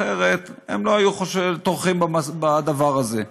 אחרת הם לא היו טורחים בדבר הזה.